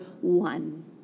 one